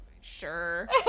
sure